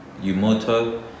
Yumoto